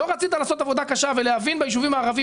לא רצית לעשות עבודה קשה להבין ביישובים הערביים